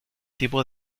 tipo